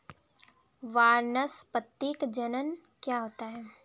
वानस्पतिक जनन क्या होता है?